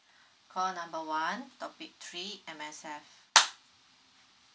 call number one topic three M_S_F